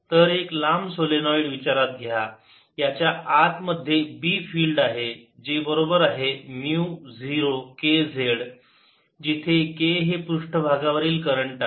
तर एक लांब सोलेनोईड विचारात घ्या याच्या आत मध्ये B फिल्ड आहे जे बरोबर आहे म्यु 0 k z जिथे k हे पृष्ठभागावरील करंट आहे